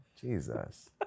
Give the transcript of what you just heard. Jesus